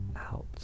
Out